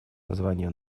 название